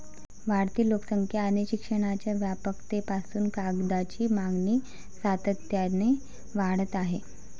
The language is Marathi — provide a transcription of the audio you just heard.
वाढती लोकसंख्या आणि शिक्षणाच्या व्यापकतेपासून कागदाची मागणी सातत्याने वाढत आहे